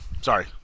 Sorry